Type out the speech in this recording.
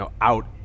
out